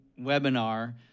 webinar